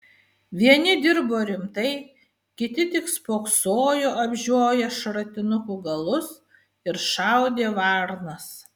vieni dirbo rimtai kiti tik spoksojo apžioję šratinukų galus ir šaudė varnas